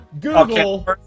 Google